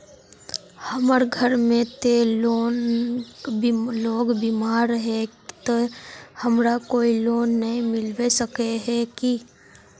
हमर घर में ते लोग बीमार है ते हमरा कोई लोन नय मिलबे सके है की?